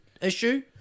issue